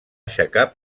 aixecar